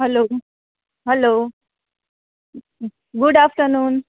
hello hello good afternoon